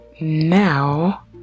now